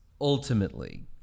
ultimately